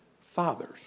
fathers